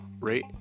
rate